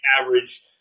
average